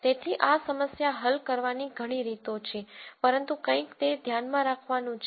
તેથી આ સમસ્યા હલ કરવાની ઘણી રીતો છે પરંતુ કઈક તે ધ્યાનમાં રાખવાનું છે